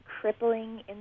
crippling